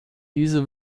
diese